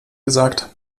gesagt